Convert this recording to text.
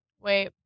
wait